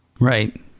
Right